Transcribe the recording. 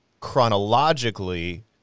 Chronologically